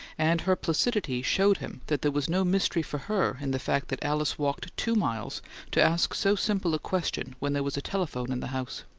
and her placidity showed him that there was no mystery for her in the fact that alice walked two miles to ask so simple a question when there was a telephone in the house.